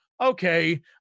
okay